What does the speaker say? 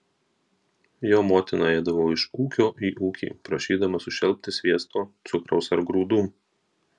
jo motina eidavo iš ūkio į ūkį prašydama sušelpti sviesto cukraus ar grūdų